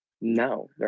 No